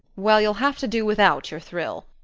well, you'll have to do without your thrill.